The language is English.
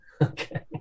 Okay